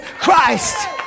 Christ